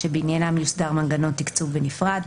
שבעניינם יוסדר מנגנון תקצוב בנפרד.